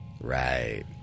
Right